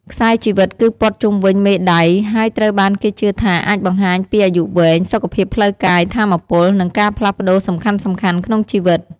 ខ្សែជីវិត គឺព័ទ្ធជុំវិញមេដៃហើយត្រូវបានគេជឿថាអាចបង្ហាញពីអាយុវែង សុខភាពផ្លូវកាយ ថាមពល និងការផ្លាស់ប្តូរសំខាន់ៗក្នុងជីវិត។